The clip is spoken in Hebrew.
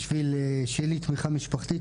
בשביל שתהיה לי תמיכה משפחתית,